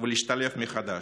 ולהשתלב מחדש.